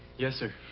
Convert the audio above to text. yes, sir.